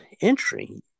entry